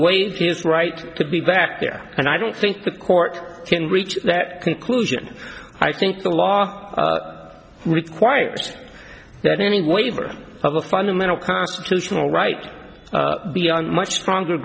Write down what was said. his right to be back there and i don't think the court can reach that conclusion i think the law requires that any waiver of the fundamental constitutional right be on much stronger